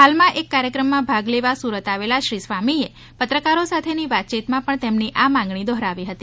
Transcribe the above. હાલમાં એક કાર્યક્રમમાં ભાગ લેવા સુરત આવેલા શ્રી સ્વામીએ પત્રકારો સાથેની વાતચીતમાં પણ તેમની આ માંગણી દોહરાવી હતી